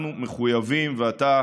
אנחנו מחויבים, ואתה